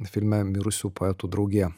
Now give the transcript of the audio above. filme mirusių poetų draugija